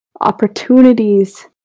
opportunities